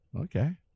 Okay